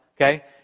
okay